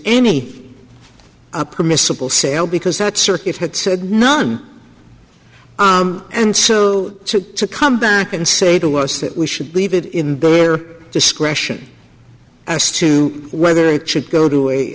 any permissible sale because that circuit had none and so to come back and say to us that we should leave it in their discretion as to whether it should go to a